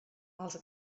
els